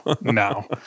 No